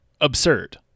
absurd